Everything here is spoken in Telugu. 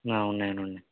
ఉన్నాయండి ఉన్నాయి